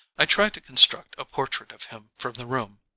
i tried to construct a portrait of him from the room.